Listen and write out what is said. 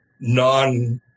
non